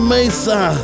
Mesa